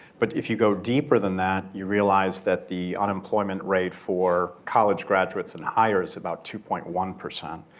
but if you go deeper than that, you realize that the unemployment rate for college graduates and higher, is about two point one percent.